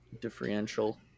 differential